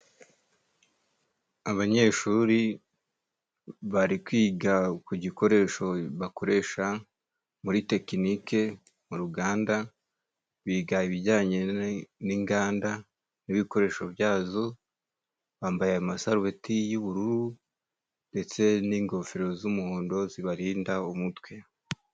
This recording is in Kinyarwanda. Abanyeshuri bari kwiga ku gikoresho bakoresha muri tekinike mu ruganda, biga ibijyanye n'inganda n'ibikoresho byazo. Bambaye amasarubeti y'ubururu ndetse n'ingofero z'umuhondo zibarinda umutwe.